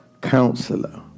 Counselor